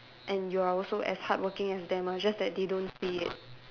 and you are also as hardworking as them ah just that they don't see it